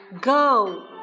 Go